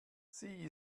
sie